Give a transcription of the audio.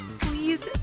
please